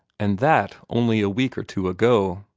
and that only a week or two ago.